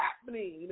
happening